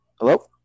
Hello